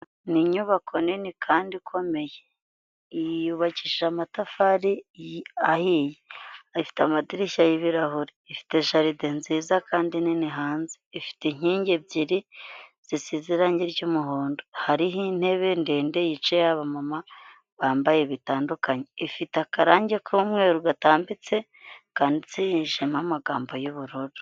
Ni inyubako nini kandi ikomeye. Yubakishije amatafari ahiye. Ifite amadirishya y'ibirahure. Ifite jaride nziza kandi nini hanze, ifite inkingi ebyiri zisize irangi ry'umuhondo, hariho intebe ndende yicayeho abamama bambaye bitandukanye, ifite akarange k'umweru gatambitse kanditse hihishemo amagambo y'ubururu.